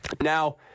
Now